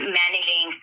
managing